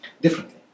differently